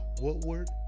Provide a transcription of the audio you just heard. Woodward